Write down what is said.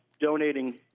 donating